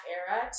era